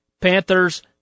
Panthers